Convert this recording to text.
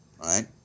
right